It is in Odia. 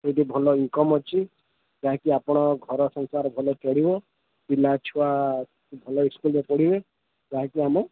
କିନ୍ତୁ ଭଲ ଇନ୍କମ୍ ଅଛି ଯାହାକି ଆପଣଙ୍କ ଘର ସଂସାର ଭଲ ଚଳିବେ ପିଲା ଛୁଆ ଭଲ ସ୍କୁଲରେ ପଢ଼ିବେ ଯାହାକି ଆମେ